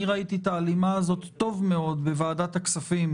ראיתי את ההלימה הזאת טוב מאוד בוועדת הכספים,